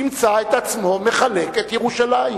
ימצא את עצמו מחלק את ירושלים.